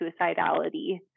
suicidality